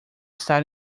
está